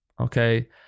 Okay